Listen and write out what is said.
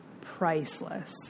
priceless